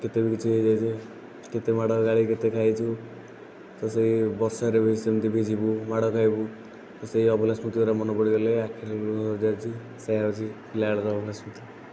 କେତେବେଳେ କେତେ ଏସବୁ କେତେ ମାଡ଼ କେତେ ଗାଳି ଖାଇଛୁ ତ ସେଇ ବର୍ଷାରେ ବି ସେମିତି ଭିଜିବୁ ମାଡ଼ ଖାଇବୁ ତ ସେଇ ଅଭୁଲା ସ୍ମୃତିଗୁଡ଼ାକ ମନେ ପଡ଼ିଗଲେ ଆଖିରୁ ଲୁହ ଝରି ଯାଉଛି ତ ସେଇ ହେଉଛି ପିଲାବେଳର ଅଭୁଲା ସ୍ମୃତି